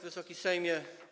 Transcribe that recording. Wysoki Sejmie!